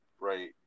right